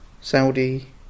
Saudi